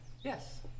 Yes